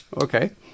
Okay